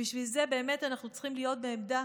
בשביל זה אנחנו צריכים להיות בעמדה